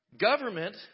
Government